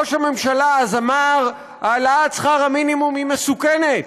ראש הממשלה אמר אז שהעלאת שכר המינימום היא מסוכנת.